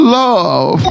love